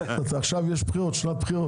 עכשיו שנת בחירות,